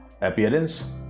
appearance